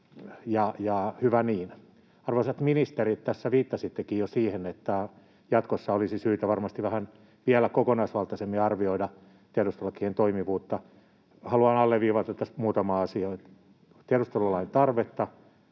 Arvoisat ministerit, tässä viittasittekin jo siihen, että jatkossa olisi syytä varmasti vähän vielä kokonaisvaltaisemmin arvioida tiedustelulakien toimivuutta. Haluan alleviivata tässä muutamaa asiaa: tiedustelulain tarvetta,